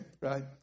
right